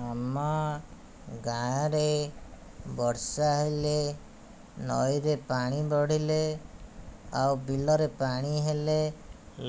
ଆମ ଗାଁରେ ବର୍ଷା ହେଲେ ନଈରେ ପାଣି ବଢ଼ିଲେ ଆଉ ବିଲରେ ପାଣି ହେଲେ